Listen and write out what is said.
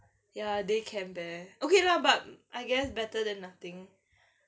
ya day camp there okay lah but I guess better than nothing